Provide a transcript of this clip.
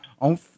on